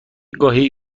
گاهی